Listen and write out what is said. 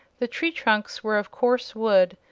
the tree-trunks were of coarse wood,